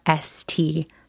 st